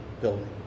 building